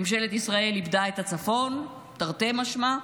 ממשלת ישראל איבדה את הצפון, תרתי משמע,